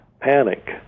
panic